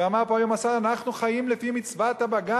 ואמר פה היום השר: אנחנו חיים לפי מצוות הבג"ץ,